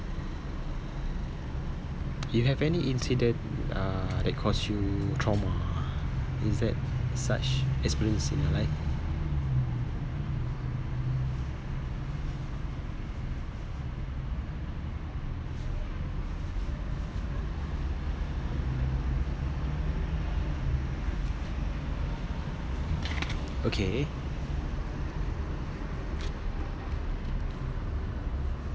you have any incident uh that caused you trauma ah is there such experience in your life okay